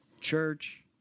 Church